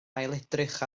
ailedrych